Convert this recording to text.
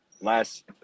last